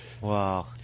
Wow